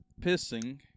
pissing